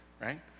right